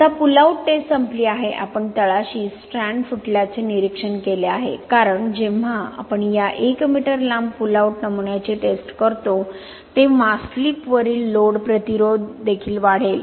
आता pull out test संपली आहे आपण तळाशी स्ट्रँड फुटल्याचे निरीक्षण केले आहे कारण जेव्हा आपण या 1 मीटर लांब पुल आऊट नमुन्याची टेस्ट करतो तेव्हा स्लिपवरील लोड प्रतिरोध देखील वाढेल